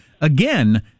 Again